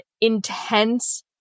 intense